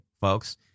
folks